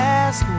ask